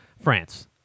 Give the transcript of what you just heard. France